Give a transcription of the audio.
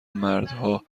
مردها